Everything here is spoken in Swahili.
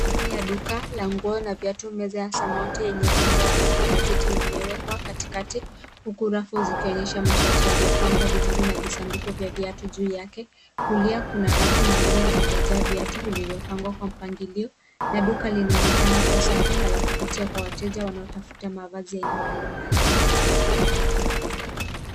Ndani ya duka la nguo na viatu meza ya samawati yenye godoro na gazeti imewekwa katikati huku rafu zikionyesha mashati yaliyopangwa vizuri na visanduku vya viatu juu yake. Kulia kuna rafu nyingine zilizojaa viatu vilivyopangwa kwa mpangilio na duka linaonekana kuwa safi na la kuvutia kwa wateja wanaotafuta mavazi ya aina mbalimbali.